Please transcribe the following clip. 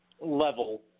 level